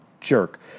jerk